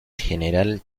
general